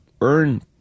earn